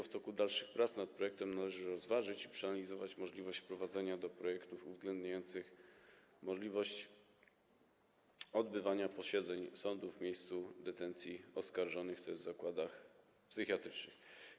W toku dalszych prac nad projektem należy rozważyć i przeanalizować możliwość wprowadzenia do projektów uwzględniających możliwość odbywania posiedzeń sądów w miejscu detencji oskarżonych, tj. w zakładach psychiatrycznych.